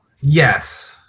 Yes